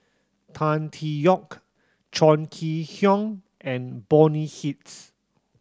Tan Tee Yoke Chong Kee Hiong and Bonny Hicks